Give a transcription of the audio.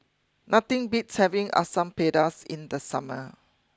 nothing beats having Asam Pedas in the summer